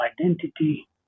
identity